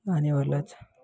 దానివల్ల